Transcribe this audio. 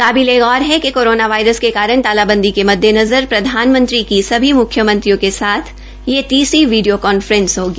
काबिले गौर है कि कोरोना वायरस के कारण तालाबंदी के मददेनज़र प्रधानमंत्री की सभी मुख्यमंत्रियों के साथ यह तीसरी वीडियो कांफ्रेस होगी